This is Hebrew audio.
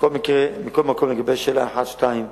מכל מקום, לגבי שאלות 1 2,